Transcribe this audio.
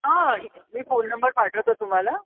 हां मी phone number पाठवतो तुम्हाला